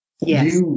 Yes